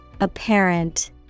Apparent